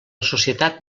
societat